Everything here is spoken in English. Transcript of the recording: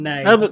Nice